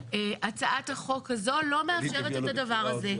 הצעת החוק הזאת לא מאפשרת את הדבר הזה.